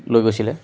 লৈ গৈছিলে